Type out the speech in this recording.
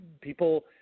people